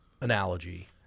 analogy